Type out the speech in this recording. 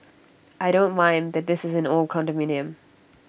I don't mind that this is an old condominium